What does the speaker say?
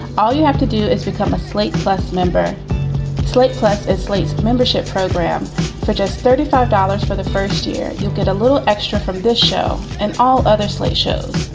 all you have to do is become a slate plus member slate plus a slate membership program for just thirty five dollars for the first year. you'll get a little extra from this show and all other slate shows,